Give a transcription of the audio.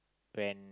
when